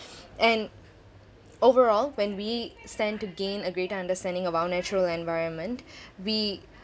and overall when we stand to gain a greater understanding of our natural environment we